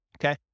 Okay